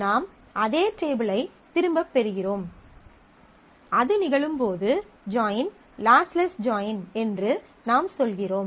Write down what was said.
நாம் அதே டேபிளைத் திரும்பப் பெறுகிறோம் அது நிகழும்போது ஜாயின் லாஸ்லெஸ் என்று நாம் சொல்கிறோம்